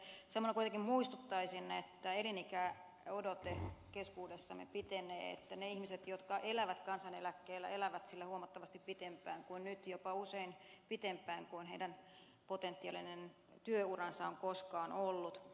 samalla kuitenkin muistuttaisin että elinikäodote keskuudessamme pitenee että ne ihmiset jotka elävät kansaneläkkeellä elävät sillä huomattavasti pitempään kuin nyt usein jopa pitempään kuin heidän potentiaalinen työuransa on koskaan ollut